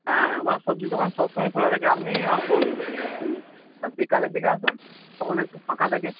হ্যাঁ আমার সবজির দোকান সব সময়ই খোলা থাকে আপনি আসুন বিকালের দিকে আসুন তখন একটু ফাঁকা থাকে